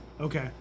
okay